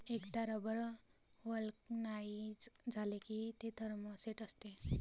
एकदा rubber vulcanise झाले की ते थर्मोसेट असते